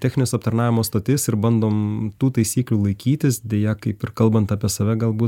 technines aptarnavimo stotis ir bandom tų taisyklių laikytis deja kaip ir kalbant apie save galbūt